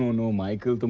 no michael,